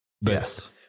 Yes